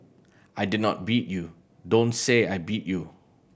I did not beat you don't say I beat you